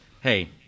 hey